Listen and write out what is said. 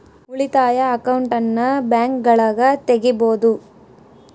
ಉಳಿತಾಯ ಅಕೌಂಟನ್ನ ಬ್ಯಾಂಕ್ಗಳಗ ತೆಗಿಬೊದು